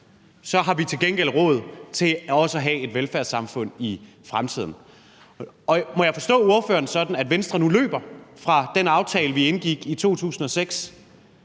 så har vi til gengæld råd til også at have et velfærdssamfund i fremtiden. Må jeg forstå ordføreren sådan, at Venstre nu løber fra den aftale, vi indgik i 2006?